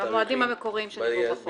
במועדים המקוריים שנקבעו בחוק.